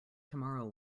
tomorrow